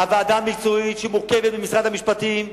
הוועדה המקצועית שמורכבת מנציגי משרד המשפטים,